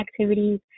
activities